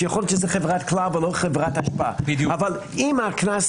שיכול להיות שזה חברת "כלל" ולא חברת אשפה אבל אם הקנס